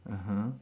(uh huh)